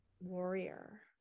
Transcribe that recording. warrior